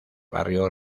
barrio